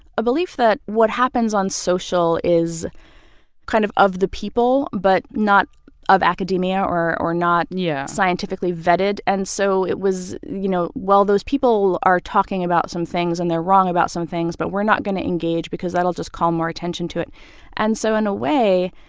a belief that what happens on social is kind of of the people but not of academia or or not. yeah. scientifically vetted. and so it was, you know, well, those people are talking about some things, and they're wrong about some things, but we're not going to engage because that'll just call more attention to it and so in a way,